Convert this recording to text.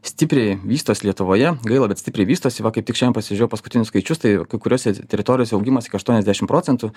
stipriai vystos lietuvoje gaila bet stipriai vystosi va kaip tik šiandien pasižiūrėjau paskutinius skaičius tai kai kuriose teritorijose augimas iki aštuoniasdešimt procentų